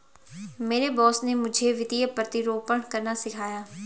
मेरे बॉस ने मुझे वित्तीय प्रतिरूपण करना सिखाया